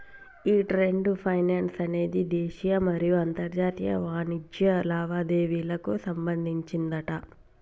ఈ trade finance అనేది దేశీయ మరియు అంతర్జాతీయ వాణిజ్య లావాదేవీలకు సంబంధించిందట